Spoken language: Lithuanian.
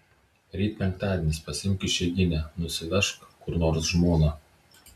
ryt penktadienis pasiimk išeiginę nusivežk kur nors žmoną